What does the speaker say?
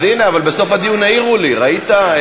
אז הנה, בסוף הדיון העירו לי, ראית?